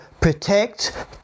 protect